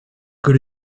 good